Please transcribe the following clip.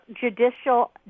Judicial